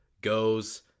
goes